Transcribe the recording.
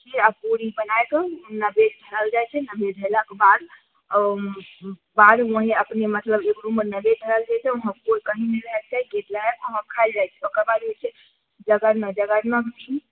खीर आ पूरी बनाइकऽ नवेद धरल जाइ छै नवेद धेलाके बाद पारन या अपने मतलब एगो रूममे नवेद धरैल जाइ छै उहाँ कोइ कही नहि जाइ छै गेट लगाकऽ उहाँ खाइल जाइ छै ओकर बाद होइ छै जगरना जगरनामे